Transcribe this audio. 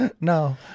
no